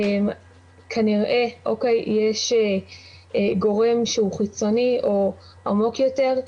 כנראה יש גורם שהוא חיצוני או עמוק יותר,